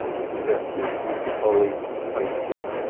suggested mr. polly faintly.